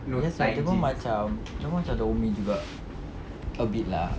yes dia pun macam macam rumi juga a bit lah